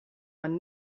man